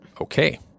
Okay